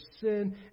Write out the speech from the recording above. sin